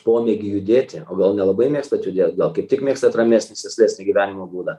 pomėgį judėti o gal nelabai mėgstat judėt gal kaip tik mėgstat ramesnį sėslesnį gyvenimo būdą